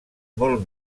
molt